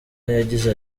yagize